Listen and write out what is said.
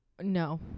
no